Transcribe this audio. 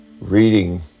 reading